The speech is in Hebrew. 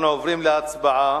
אנחנו עוברים להצבעה